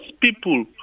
people